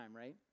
right